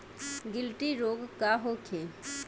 गिल्टी रोग का होखे?